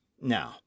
now